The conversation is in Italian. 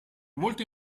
molto